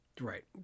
Right